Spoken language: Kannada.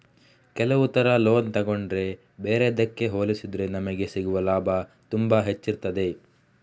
ಕೆಲವು ತರ ಲೋನ್ ತಗೊಂಡ್ರೆ ಬೇರೆದ್ದಕ್ಕೆ ಹೋಲಿಸಿದ್ರೆ ನಮಿಗೆ ಸಿಗುವ ಲಾಭ ತುಂಬಾ ಹೆಚ್ಚಿರ್ತದೆ